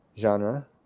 genre